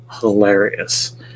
hilarious